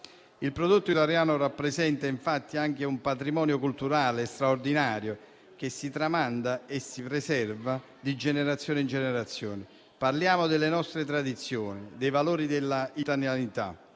Il prodotto italiano rappresenta infatti anche un patrimonio culturale straordinario, che si tramanda e si preserva di generazione in generazione. Parliamo delle nostre tradizioni, dei valori della italianità,